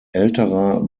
älterer